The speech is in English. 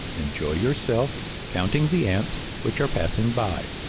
enjoy yourself counting the ants which are passing by.